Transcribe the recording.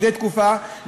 מדי תקופה,